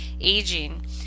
aging